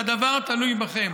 והדבר תלוי בכם.